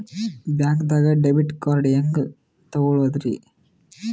ಬ್ಯಾಂಕ್ದಾಗ debit card ಹೆಂಗ್ ತಗೊಳದ್ರಿ?